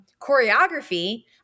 choreography